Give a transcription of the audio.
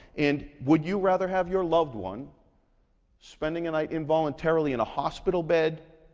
and would you rather have your loved one spending a night involuntarily in a hospital bed,